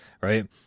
Right